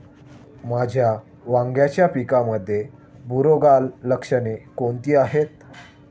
माझ्या वांग्याच्या पिकामध्ये बुरोगाल लक्षणे कोणती आहेत?